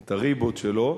את הרי-בות שלו.